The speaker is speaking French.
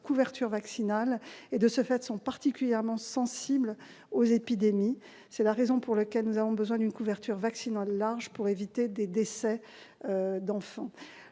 couverture vaccinale et sont, de ce fait, particulièrement sensibles aux épidémies. C'est la raison pour laquelle nous avons besoin d'une couverture vaccinale large pour éviter des décès d'enfants.